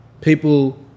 people